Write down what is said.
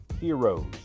heroes